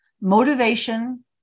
motivation